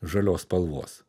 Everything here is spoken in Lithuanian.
žalios spalvos